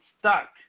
Stuck